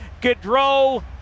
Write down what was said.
Gaudreau